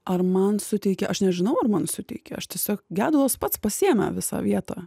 ar man suteikė aš nežinau ar man suteikė aš tiesiog gedulas pats pasiėmė visą vietą